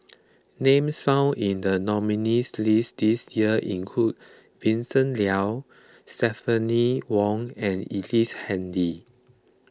names found in the nominees' list this year include Vincent Leow Stephanie Wong and Ellice Handy